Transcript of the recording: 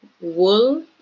wool